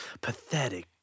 Pathetic